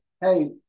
hey